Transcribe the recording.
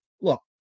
look